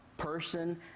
person